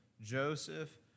Joseph